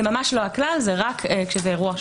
זה לא הכלל זה רק באירוע חריג.